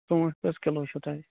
ژوٗنٛٹھۍ کٔژ کِلو چھِ تۄہہِ